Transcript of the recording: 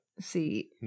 See